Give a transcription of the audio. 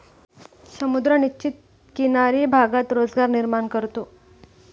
समुद्र निश्चित किनारी भागात रोजगार निर्माण करतो